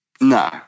No